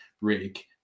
rig